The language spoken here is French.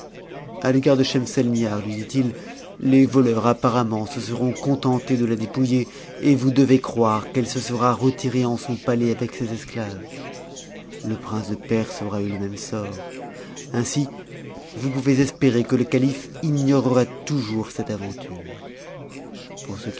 a l'égard de schemselnihar lui dit-il les voleurs apparemment se seront contentés de la dépouiller et vous devez croire qu'elle se sera retirée en son palais avec ses esclaves le prince de perse aura eu le même sort ainsi vous pouvez espérer que le calife ignorera toujours cette aventure